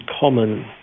common